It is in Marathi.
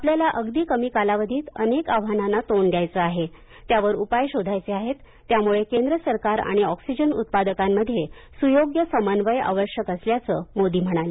आपल्याला अगदी कमी कालावधीत अनेक आव्हानांना तोंड द्यायचं आहे त्यावर उपाय शोधायचे आहेत त्यामुळे केंद्र सरकार आणि ऑक्सिजन उत्पादकांमध्ये सुयोग्य समन्वय आवश्यक असल्याचं मोदी म्हणाले